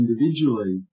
individually